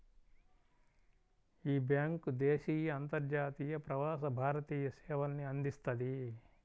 యీ బ్యేంకు దేశీయ, అంతర్జాతీయ, ప్రవాస భారతీయ సేవల్ని అందిస్తది